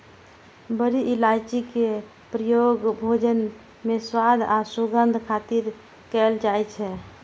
बड़ी इलायची के प्रयोग भोजन मे स्वाद आ सुगंध खातिर कैल जाइ छै